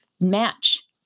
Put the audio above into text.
match